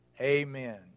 Amen